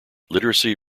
literacy